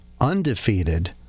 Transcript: undefeated